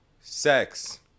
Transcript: Sex